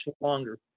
longer